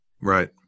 Right